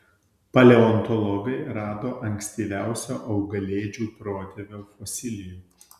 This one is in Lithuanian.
paleontologai rado ankstyviausio augalėdžių protėvio fosilijų